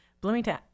Bloomington